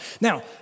Now